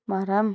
மரம்